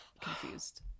confused